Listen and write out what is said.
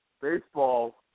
baseball